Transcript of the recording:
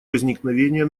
возникновения